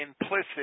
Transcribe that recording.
implicit